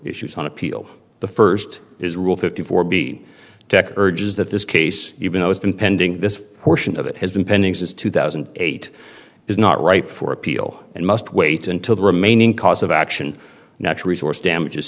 issues on appeal the first is rule fifty four b tec urges that this case even though it's been pending this portion of it has been pending since two thousand and eight is not ripe for appeal and must wait until the remaining cause of action natural resource